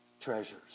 treasures